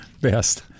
best